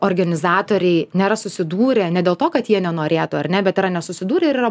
organizatoriai nėra susidūrę ne dėl to kad jie nenorėtų ar ne bet yra nesusidūrę ir yra